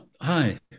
Hi